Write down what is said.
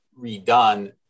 redone